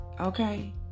Okay